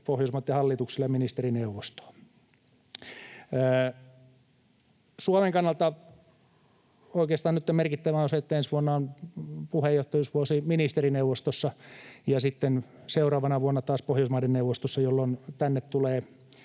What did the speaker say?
Pohjoismaiden hallituksille ja ministerineuvostoon. Suomen kannalta oikeastaan merkittävää on nyt se, että ensi vuonna on puheenjohtajuusvuosi ministerineuvostossa ja sitten seuraavana vuonna taas Pohjoismaiden neuvostossa, jolloin tänne tulee